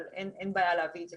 אין בעיה להביא את זה,